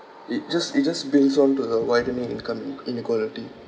it just it just base on to the widening income in~ inequality